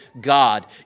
God